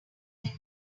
life